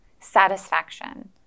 satisfaction